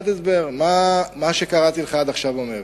מה שקראתי לך עד עכשיו אומר,